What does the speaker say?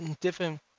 different